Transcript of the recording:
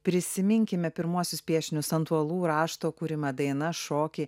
prisiminkime pirmuosius piešinius ant uolų rašto kūrimą dainas šokį